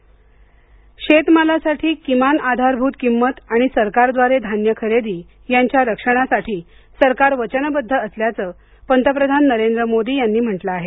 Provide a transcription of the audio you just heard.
पंतप्रधान शेतमालासाठी किमान आधारभूत किंमत आणि सरकारद्वारे धान्य खरेदी यांच्या रक्षणासाठी सरकार वचनबद्ध असल्याचं पंतप्रधान नरेंद्र मोदी यांनी म्हटलं आहे